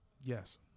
yes